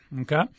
Okay